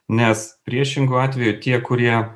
nes priešingu atveju ir tie kurie